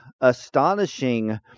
astonishing